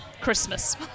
Christmas